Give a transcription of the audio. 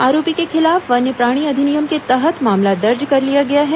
आरोपी के खिलाफ वन्य प्राणी अधिनियम के तहत मामला दर्ज कर लिया गया है